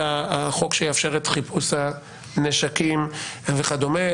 החוק שיאפשר את חיפוש הנשקים וכדומה.